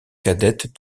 cadette